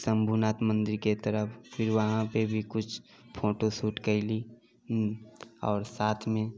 शम्भूनाथ मन्दिरके तरफ फिर वहाँ पे भी किछु फोटो शूट कयली आओर साथमे